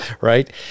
right